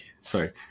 sorry